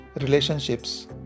relationships